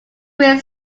grain